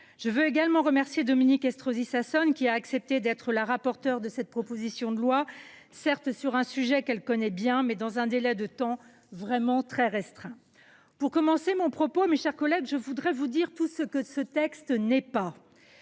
Je veux également remercier Dominique Estrosi Sassone, qui a accepté d’être la rapporteure de cette proposition de loi, certes sur un sujet qu’elle connaît bien, mais dans un délai vraiment très restreint. Mes chers collègues, je voudrais commencer par vous dire ce que ce texte n’est pas.